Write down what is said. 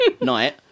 night